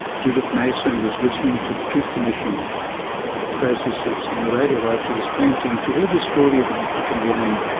judith mason, was listening to the truth commission processes on the radio while she was painting, and she heard the story of an african woman,